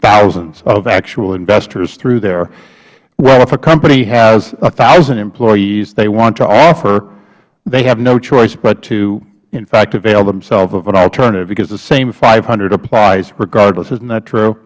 thousands of actual investors through their well if a company has one thousand employees they want to offer they have no choice but to in fact avail themselves of an alternative because the same five hundred applies regardless isn't that true